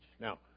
Now